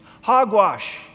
Hogwash